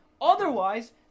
Otherwise